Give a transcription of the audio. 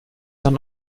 dann